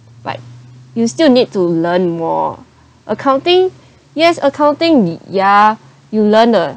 but you still need to learn more accounting yes accounting ya you learn uh